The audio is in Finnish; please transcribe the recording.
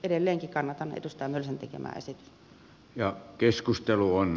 edelleenkin kannatan edustaja mölsän tekemää esitystä